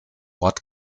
ort